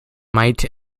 might